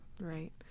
Right